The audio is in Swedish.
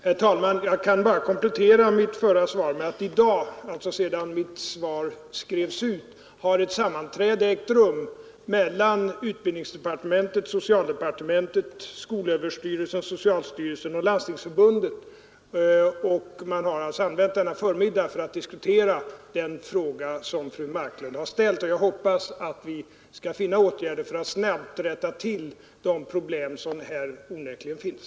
Herr talman! Jag vill bara komplettera mitt svar med att i dag, alltså efter det att mitt svar skrevs ut, har ett sammanträde ägt rum mellan utbildningsdepartementet, socialdepartementet, skolöverstyrelsen, socialstyrelsen och Landstingsförbundet. Man har alltså använt denna förmiddag till att diskutera den fråga som fru Marklund ställt, och jag hoppas att vi skall hitta åtgärder för att snabbt lösa de problem som här onekligen finns.